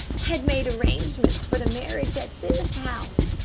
had made arrangements for the marriage at this house.